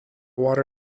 water